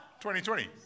2020